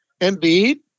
Embiid